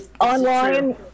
Online